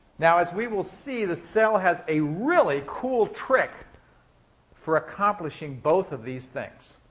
now, as we will see, the cell has a really cool trick for accomplishing both of these things.